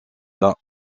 bains